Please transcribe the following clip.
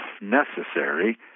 necessary